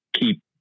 keep